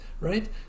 right